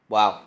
Wow